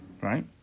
Right